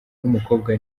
w’umukobwa